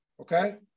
Okay